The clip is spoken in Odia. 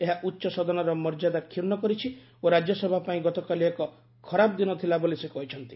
ଏହା ଉଚ୍ଚ ସଦନର ମର୍ଯ୍ୟାଦା କ୍ଷୂର୍ଣ୍ଣ କରିଛି ଓ ରାଜ୍ୟସଭା ପାଇଁ ଗତକାଲି ଏକ ଖରାପ ଦିନ ଥିଲା ବୋଲି ସେ କହିଛନ୍ତି